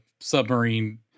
submarine